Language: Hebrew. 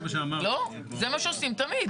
לא, זה מה שעושים תמיד.